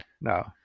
no